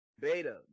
beta